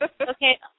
Okay